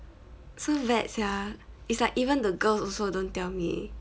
so bad sia it's like even the girls also don't tell me